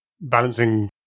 balancing